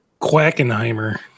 Quackenheimer